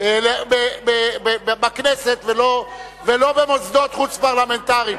בכנסת ולא במוסדות חוץ-פרלמנטריים,